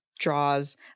draws